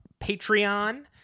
Patreon